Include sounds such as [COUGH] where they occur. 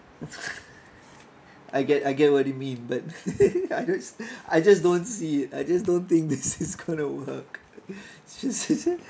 I get I get what you mean but [LAUGHS] I just I just don't see it I just don't think this is gonna work [LAUGHS] it's just